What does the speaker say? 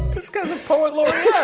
this guy's a poet laureate. yeah